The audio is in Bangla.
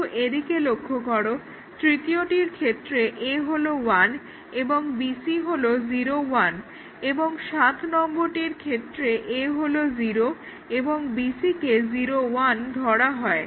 কিন্তু এদিকে লক্ষ্য করো তৃতীয়টির ক্ষেত্রে A হলো 1 এবং BC হলো 0 1 এবং সাত নম্বরটির ক্ষেত্রে A হলো 0 এবং BC কে 0 1 ধরা হয়